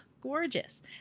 gorgeous